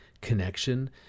connection